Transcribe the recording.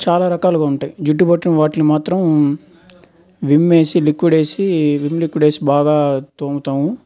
చాలా రకాలుగా ఉంటాయి జిడ్డు పట్టిన వాటిని మాత్రం విమ్ వేసి లిక్విడ్ వేసి విమ్ లిక్విడ్ వేసి బాగా తోముతాము